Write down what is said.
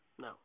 No